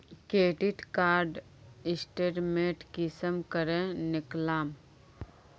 Credit card statement कुंसम करे निकलाम?